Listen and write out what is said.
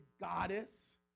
goddess